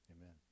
Amen